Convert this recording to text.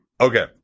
okay